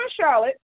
Charlotte